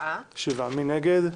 מי נגד?